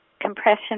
Compression